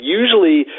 usually